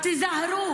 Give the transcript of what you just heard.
גברת משקרת,